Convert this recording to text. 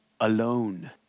Alone